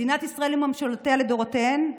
מדינת ישראל וממשלותיה לדורותיהן,